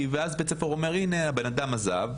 כי אז בית הספר אומר הנה הבן אדם עזב,